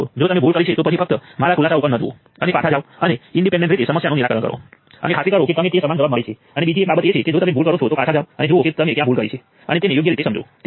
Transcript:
પરંતુ મોટી સર્કિટ માટે આ કામ કરશે નહીં આપણી પાસે ચોક્કસ સંખ્યાના ઈક્વેશનો છે જે આપણે સેટઅપ કરવાના છે અને આપણે તેને વ્યવસ્થિત રીતે કરવું પડશે